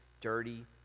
dirty